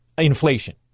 Inflation